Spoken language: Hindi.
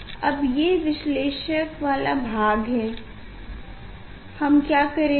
अब ये विश्लेषक वाला भाग है हम क्या करेंगे